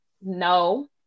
no